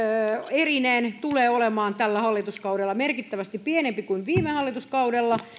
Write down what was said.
erineen tulee olemaan tällä hallituskaudella merkittävästi pienempi kuin viime hallituskaudella